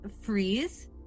freeze